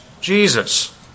Jesus